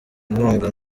inkunga